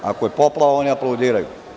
Ako je poplava, oni aplaudiraju.